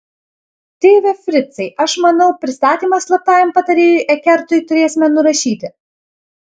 tėve fricai aš manau pristatymą slaptajam patarėjui ekertui turėsime nurašyti